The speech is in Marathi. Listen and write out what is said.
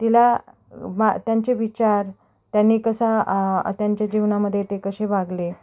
तिला मा त्यांचे विचार त्यांनी कसा आ त्यांच्या जीवनामध्ये ते कसे वागले